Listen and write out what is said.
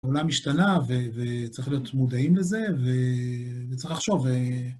העולם השתנה וצריך להיות מודעים לזה וצריך לחשוב.